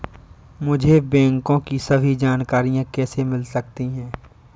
मुझे बैंकों की सभी जानकारियाँ कैसे मिल सकती हैं?